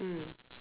mm